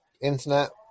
Internet